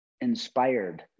inspired